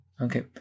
Okay